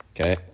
okay